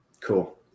Cool